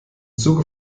zuge